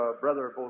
Brother